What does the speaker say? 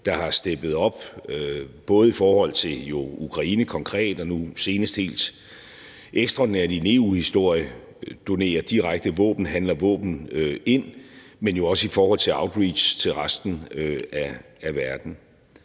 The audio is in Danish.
der har steppet op både konkret i forhold til Ukraine og nu senest helt ekstraordinært i EU's historie direkte donerer våben og handler våben ind, men jo også i forhold til outreach til resten af verden.